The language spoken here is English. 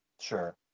Sure